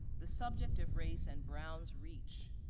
the subject of race and brown's reach